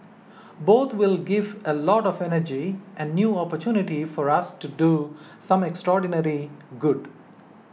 both will give a lot of energy and new opportunity for us to do some extraordinarily good